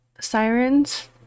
sirens